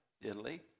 Italy